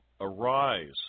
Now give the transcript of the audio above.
Arise